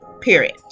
Period